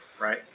right